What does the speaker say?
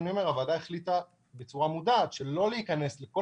הוועדה החליטה בצורה מודעת שלא להיכנס לכל